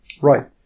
Right